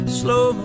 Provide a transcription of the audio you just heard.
slow